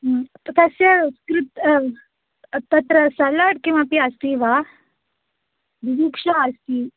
आम् तस्य कृते तत्र सलाड् किमपि अस्ति वा बुभुक्षा अस्ति